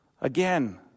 again